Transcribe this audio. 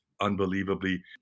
unbelievably